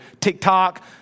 TikTok